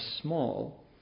small